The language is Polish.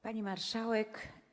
Pani Marszałek!